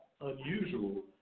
unusual